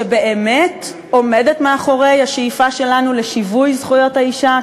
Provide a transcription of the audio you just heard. שבאמת עומדת מאחורי השאיפה שלנו לשיווי זכויות האישה,